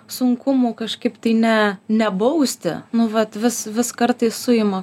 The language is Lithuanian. sunkumų kažkaip tai ne nebausti nu vat vis vis kartais suima